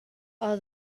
all